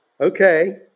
Okay